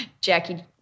Jackie